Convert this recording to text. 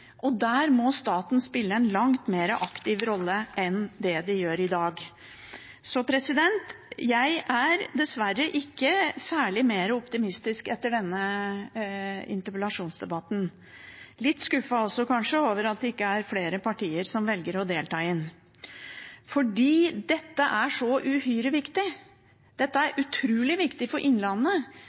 og der må staten spille en langt mer aktiv rolle enn det den gjør i dag. Jeg er dessverre ikke særlig mer optimistisk etter denne interpellasjonsdebatten – heller litt skuffet, kanskje, over at det ikke er flere partier som velger å delta i den, for dette er så uhyre viktig. Dette er utrolig viktig for Innlandet,